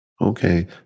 Okay